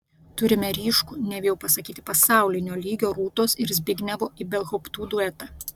turime ryškų nebijau pasakyti pasaulinio lygio rūtos ir zbignevo ibelhauptų duetą